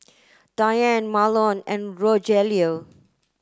Diane Marlon and Rogelio